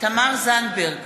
תמר זנדברג,